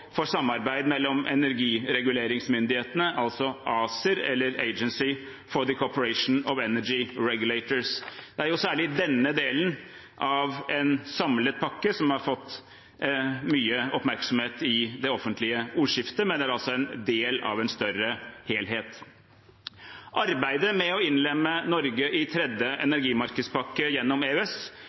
for samarbeid mellom energireguleringsmyndighetene, ACER, eller Agency for the Cooperation of Energy Regulators. Særlig denne delen av en samlet pakke har fått mye oppmerksomhet i det offentlige ordskiftet, men den er altså en del av en større helhet. Arbeidet med å innlemme Norge i tredje energimarkedspakke gjennom EØS